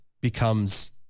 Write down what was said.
becomes